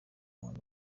umuntu